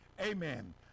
Amen